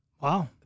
Wow